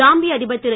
ஜாம்பிய அதிபர் திரு